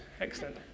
Excellent